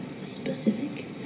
specific